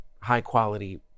high-quality